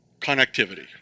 connectivity